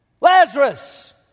Lazarus